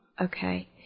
Okay